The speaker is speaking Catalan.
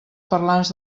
parlants